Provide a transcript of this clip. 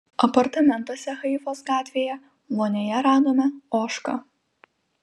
apartamentuose haifos gatvėje vonioje radome ožką